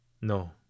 No